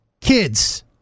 Kids